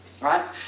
right